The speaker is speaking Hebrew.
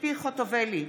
ציפי חוטובלי,